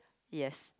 yes